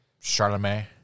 Charlemagne